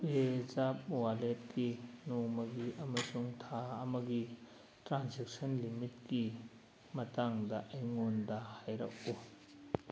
ꯄꯦꯖꯥꯞ ꯋꯥꯜꯂꯦꯠꯀꯤ ꯅꯣꯡꯃꯒꯤ ꯑꯃꯁꯨꯡ ꯊꯥ ꯑꯃꯒꯤ ꯇ꯭ꯔꯥꯟꯖꯦꯛꯁꯟ ꯂꯤꯃꯤꯠꯀꯤ ꯃꯇꯥꯡꯗ ꯑꯩꯉꯣꯟꯗ ꯍꯥꯏꯔꯛꯎ